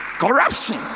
Corruption